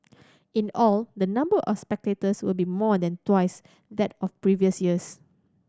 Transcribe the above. in all the number of spectators will be more than twice that of previous years